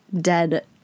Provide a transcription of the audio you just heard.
dead